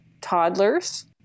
toddlers